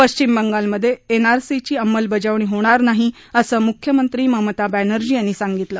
पश्चिम बंगालमधे एनआरसी ची अंमलबजावणी होणार नाही असं मुख्यमंत्री ममता बर्स्ओी यांनी सांगितलं